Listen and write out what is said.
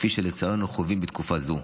כפי שלצערי אנו חווים בתקופה זו.